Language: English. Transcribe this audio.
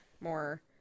more